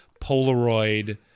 Polaroid